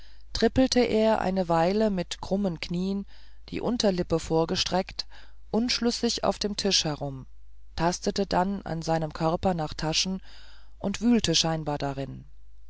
trippelte er eine weile mit krummen knien die unterlippe vorstreckend unschlüssig auf dem tisch herum tastete dann an seinem körper nach taschen und wühlte scheinbar darin